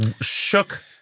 shook